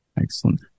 Excellent